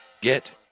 Get